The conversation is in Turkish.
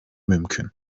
mümkün